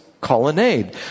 Colonnade